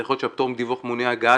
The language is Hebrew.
זה יכול להיות שהפטור מדיווח מונע הגעה